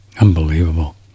Unbelievable